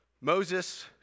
Moses